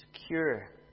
secure